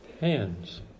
Hands